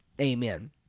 Amen